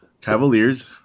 Cavaliers